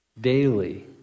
daily